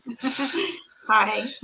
Hi